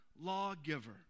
lawgiver